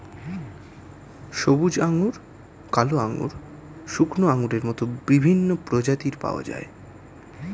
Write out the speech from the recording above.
সবুজ আঙ্গুর, কালো আঙ্গুর, শুকনো আঙ্গুরের মত বিভিন্ন প্রজাতির পাওয়া যায়